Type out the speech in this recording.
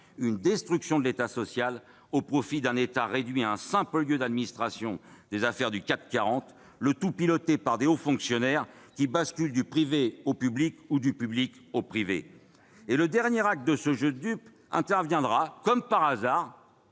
une destruction de l'État social au profit d'un État réduit à un simple lieu d'administration des affaires du CAC 40, le tout piloté par des hauts fonctionnaires passant du privé au public, et vice versa. Le dernier acte de ce jeu de dupes interviendra- comme par hasard